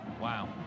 Wow